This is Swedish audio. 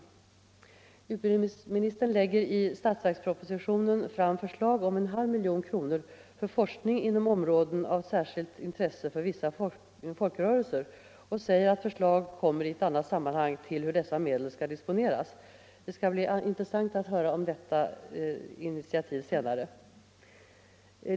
Utbildningsministern lägger i budgetpropositionen fram förslag om en halv miljon kronor för forskning inom områden av särskilt intresse för vissa folkrörelser och säger att förslag kommer i annat sammanhang till hur dessa medel skall disponeras. Det skall bli intressant att höra närmare om detta initiativ.